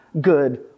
good